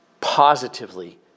positively